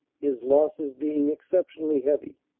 his losses being exceptionally heavy,